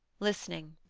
listening.